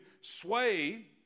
sway